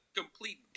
complete